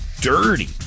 dirty